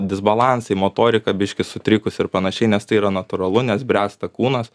disbalansai motorika biškį sutrikus ir panašiai nes tai yra natūralu nes bręsta kūnas